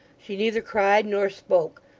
she neither cried nor spoke,